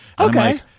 Okay